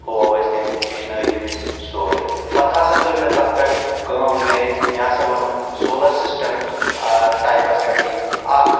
ہوو اسہِ تٔمۍ ہیٚچھنٲے تٔمۍ أسۍ سورٕے پتہٕ ہسا کٔر مےٚ تتھ پٮ۪ٹھ کٲم گرِ مےٚ ہسا بنوو سولر سسٹم ٹایپس پٮ۪ٹھٕے اکھ